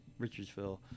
Richardsville